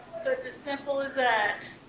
so it's as simple as that.